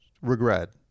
regret